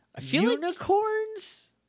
unicorns